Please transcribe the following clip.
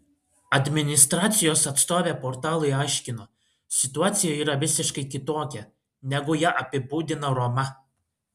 administracijos atstovė portalui aiškino situacija yra visiškai kitokia negu ją apibūdina roma